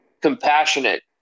compassionate